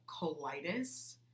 colitis